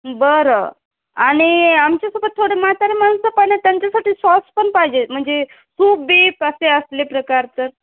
बरं आणि आमच्यासोबत थोडे म्हातारी माणसं पण आहेत त्यांच्यासाठी सॉस पण पाहिजे म्हणजे सूप बीप असे असले प्रकारचं